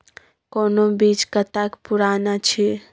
कोनो बीज कतेक पुरान अछि?